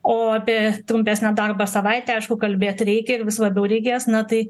o apie trumpesnę darbo savaitę aišku kalbėt reikia ir vis labiau reikės na tai